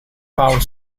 power